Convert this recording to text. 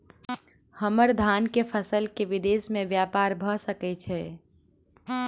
हम्मर धान केँ फसल केँ विदेश मे ब्यपार भऽ सकै छै?